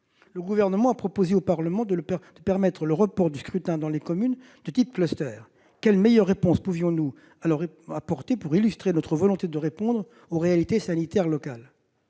le Gouvernement a proposé au Parlement de permettre le report du scrutin dans les communes constituant un cluster. Quelle meilleure réponse pouvions-nous apporter pour exprimer notre volonté de faire face aux réalités sanitaires locales ?